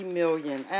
million